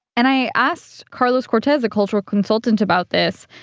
and i asked carlos cortes, a cultural consultant, about this,